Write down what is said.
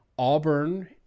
Auburn